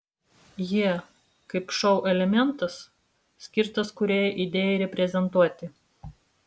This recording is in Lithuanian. jie kaip šou elementas skirtas kūrėjo idėjai reprezentuoti